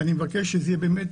אני מבקש שזה יהיה באמת,